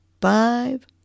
five